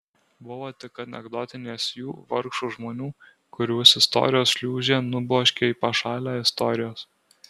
buvo tik anekdotinės jų vargšų žmonių kuriuos istorijos šliūžė nubloškė į pašalę istorijos